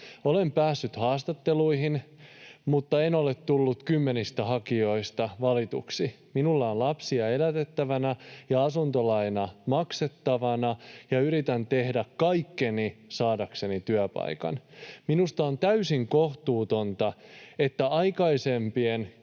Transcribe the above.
Olen päässyt haastatteluihin, mutta en ole tullut valituksi kymmenistä hakijoista. Minulla on lapsia elätettävänä ja asuntolaina maksettavana ja yritän tehdä kaikkeni saadakseni työpaikan. Minusta on täysin kohtuutonta, että aikaisempien